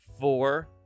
four